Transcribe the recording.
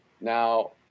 now